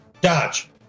Dodge